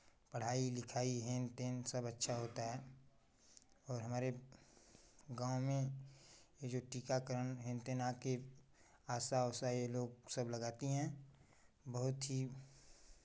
पढ़ाई लिखाई हेन टेन सब अच्छा होता है और हमारे गाँव में ये जो टीकाकरण हेन टेन आती आशा उशा ये लोग सब लगाती हैं बहुत ही